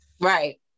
Right